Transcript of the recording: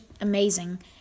amazing